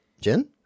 Jen